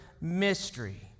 mystery